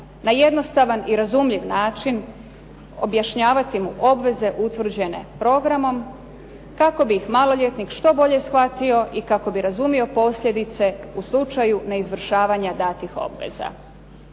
Na jednostavna i razumljiv način objašnjavati mu obveze utvrđene programom, kako bi maloljetnik što bolje shvatio i kako bi razumio posljedice u slučaju neizvršavanja datih obveza.